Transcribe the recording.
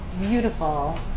beautiful